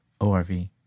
ORV